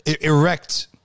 erect